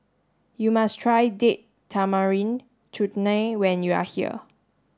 you must try Date Tamarind Chutney when you are here